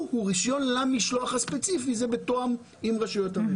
הוא למשלוח הספציפי וזה מתואם עם הרשויות.